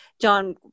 John